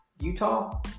Utah